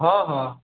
हॅं हॅं